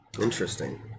Interesting